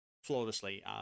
Flawlessly